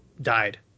died